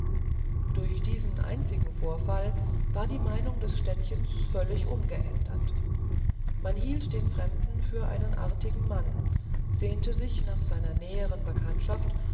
durch diesen einzigen vorfall war die meinung des städtchens völlig umgeändert man hielt den fremden für einen artigen mann sehnte sich nach seiner näheren bekanntschaft